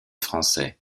français